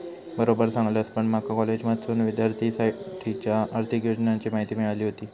बरोबर सांगलस, पण माका कॉलेजमधसूनच विद्यार्थिनींसाठीच्या आर्थिक योजनांची माहिती मिळाली व्हती